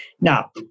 Now